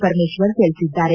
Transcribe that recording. ಪರಮೇಶ್ವರ್ ತಿಳಿಸಿದ್ದಾರೆ